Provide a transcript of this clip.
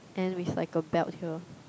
and with like a belt here